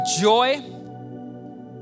joy